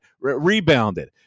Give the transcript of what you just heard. rebounded